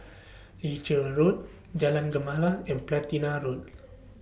Leuchars Road Jalan Gemala and Platina Road